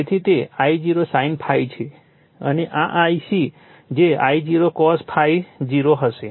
તેથી તે I0 sin ∅ છે અને આ Ic જે I0 cos ∅0 હશે